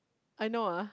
I know ah